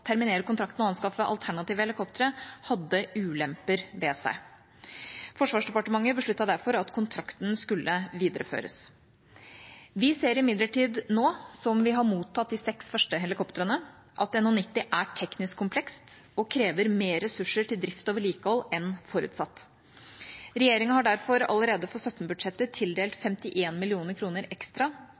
terminere kontrakten og å anskaffe alternative helikoptre hadde ulemper ved seg. Forsvarsdepartementet besluttet derfor at kontrakten skulle videreføres. Vi ser imidlertid – nå som vi har mottatt de seks første helikoptrene – at NH90 er teknisk komplekst og krever flere ressurser til drift og vedlikehold enn forutsatt. Regjeringa har derfor allerede for 2017-budsjettet tildelt 51 mill. kr ekstra